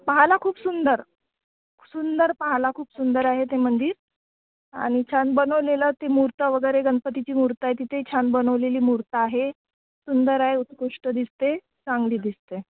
पाहायला खूप सुंदर सुंदर पाहायला खूप सुंदर आहे ते मंदिर आणि छान बनवलेलं ती मूर्ती वगैरे गणपतीची मूर्ती आहे तिथे छान बनवलेली मूर्ती आहे सुंदर आहे उत्कृष्ट दिसते चांगली दिसते